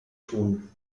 tun